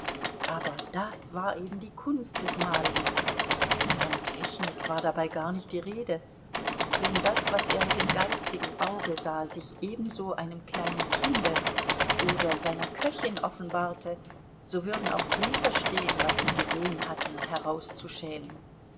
aber das war eben die kunst des malens von technik war dabei gar nicht die rede wenn das was er mit dem geistigen auge sah sich ebenso einem kleinen kinde oder seiner köchin offenbarte so würden auch sie verstehen was sie gesehen hatten herauszuschälen